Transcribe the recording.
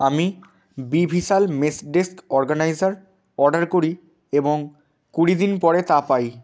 আমি বি ভিশাল মেশ ডেস্ক অর্গ্যানাইজার অর্ডার করি এবং কুড়ি দিন পরে তা পাই